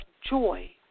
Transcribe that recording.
joy